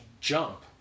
Jump